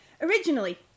originally